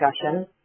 discussion